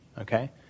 okay